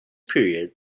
period